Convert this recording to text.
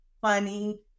funny